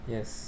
Yes